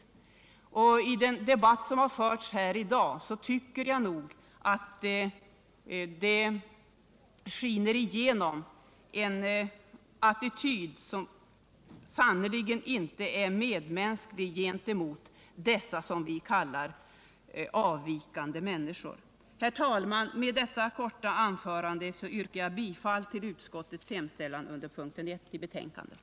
Jag tycker nog att det i den debatt som har förts här i dag skinit igenom en attityd, som sannerligen inte är medmänsklig gentemot dessa som vi kallar avvikande människor. ; Herr talman! Med detta korta anförande yrkar jag bifall till utskottets hemställan under punkten 1 i betänkandet.